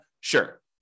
Sure